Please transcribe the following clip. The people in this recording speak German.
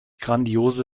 grandiose